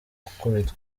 gukubitwa